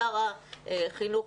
לשר החינוך,